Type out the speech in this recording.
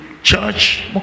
Church